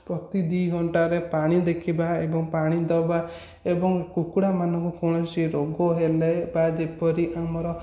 ପ୍ରତି ଦୁଇ ଘଣ୍ଟାରେ ପାଣି ଦେଖିବା ଏବଂ ପାଣି ଦେବା ଏବଂ କୁକୁଡ଼ାମାନଙ୍କୁ କୌଣସି ରୋଗ ହେଲେ ବା ଯେପରି ଆମର